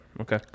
Okay